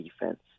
defense